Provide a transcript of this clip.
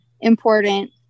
important